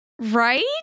Right